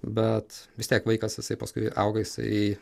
bet vis tiek vaikas jisai paskui auga jisai